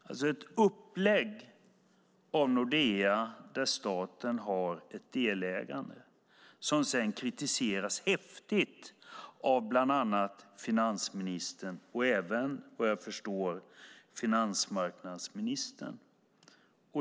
Det var ett upplägg av Nordea, där staten har ett delägande, som sedan kritiseras häftigt av bland annat finansministern och även, vad jag förstår, finansmarknadsministern.